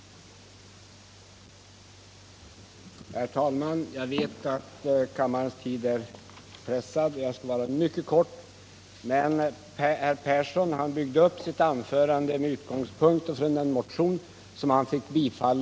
Torsdagen den